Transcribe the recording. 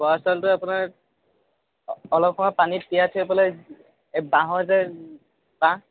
বৰা চাউলটো আপোনাৰ অলপ সময় পানীত তিয়াই থৈ পেলাই এই বাঁহৰ যে বাঁহ